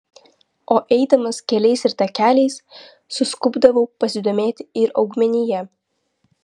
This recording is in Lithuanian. o eidama keliais ir takeliais suskubdavau pasidomėti ir augmenija